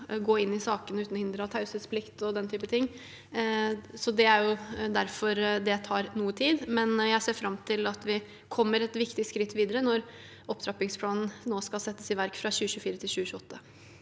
gå inn i sakene uten å bli hindret av taushetsplikt og den typen ting. Det er jo derfor det tar noe tid, men jeg ser fram til at vi kommer et viktig skritt videre når opptrappingsplanen nå skal settes i verk, fra 2024 til 2028.